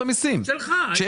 לא.